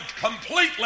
completely